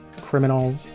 criminal